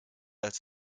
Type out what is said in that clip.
als